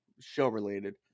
show-related